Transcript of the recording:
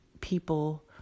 people